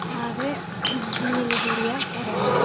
आ ते मिली जुलियै रौह्ना